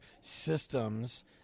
systems